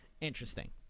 interesting